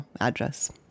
address